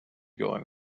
going